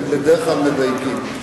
הם בדרך כלל מדייקים.